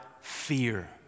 Fear